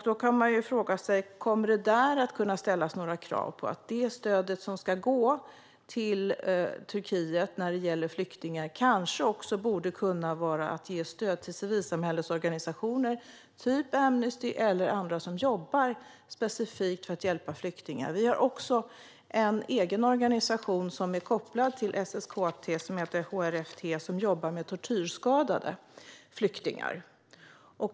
Då kan man fråga sig: Kommer det där att ställas några krav på det stöd som ska gå till Turkiet när det gäller flyktingar? Det borde kanske också vara ett stöd till civilsamhällesorganisationer, såsom Amnesty eller andra som jobbar specifikt för att hjälpa flyktingar. Vi har också en egen organisation som är kopplad till SSKT, nämligen HRFT, som jobbar med tortyrskadade flyktingar.